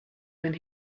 than